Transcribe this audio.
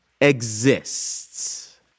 exists